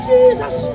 Jesus